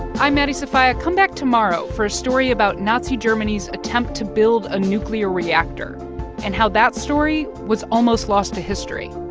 i'm maddie sofia. come back tomorrow for a story about nazi germany's attempt to build a nuclear reactor and how that story was almost lost to history.